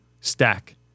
stack